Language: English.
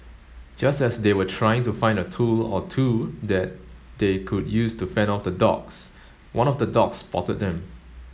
just as they were trying to find a tool or two that they could use to fend off the dogs one of the dogs spotted them